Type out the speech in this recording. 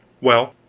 well,